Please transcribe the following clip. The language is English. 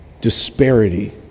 disparity